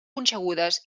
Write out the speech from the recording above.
punxegudes